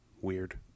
weird